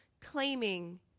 claiming